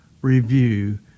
review